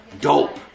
Dope